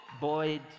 Boyd